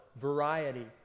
variety